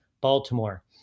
Baltimore